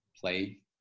play